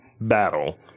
battle